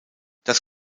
das